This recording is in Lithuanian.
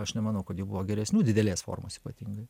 aš nemanau kad jų buvo geresnių didelės formos ypatingai